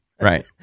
right